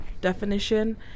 definition